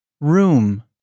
Room